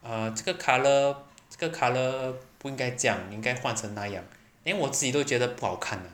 err 这个 colour 这个 colour 不应该这样你应该换成那样连我自己都觉得不好看的